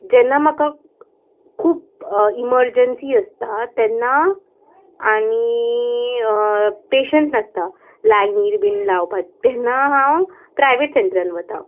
जेन्ना म्हाका खूब इमरजंसी आसता तेन्ना आनी पेशंश नासता लायनीर बीन लावपाक तेन्ना हांव प्रायवेट सेंटरान वता